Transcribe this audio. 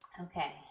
Okay